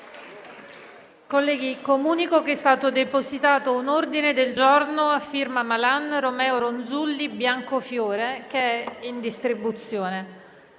Colleghi, comunico che è stato depositato un ordine del giorno, a firma dei senatori Malan, Romeo, Ronzulli, Biancofiore, che è in distribuzione.